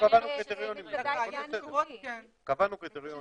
מעניין אותי --- אנחנו קבענו קריטריונים,